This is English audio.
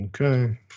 Okay